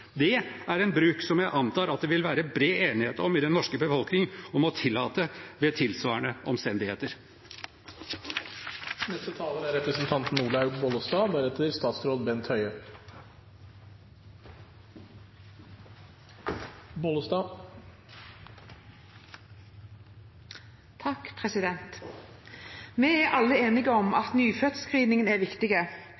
Det er en bruk jeg antar at det vil være bred enighet i den norske befolkningen om å tillate ved tilsvarende omstendigheter. Vi er alle enige om at nyfødtscreeningen er viktig. Det å oppdage alvorlig sykdom og sikre rett til behandling i rett tid er